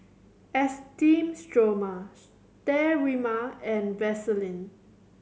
Esteem Stoma Sterimar and Vaselin